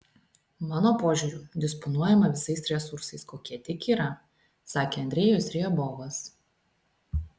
mano požiūriu disponuojama visais resursais kokie tik yra sakė andrejus riabovas